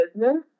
business